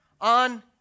on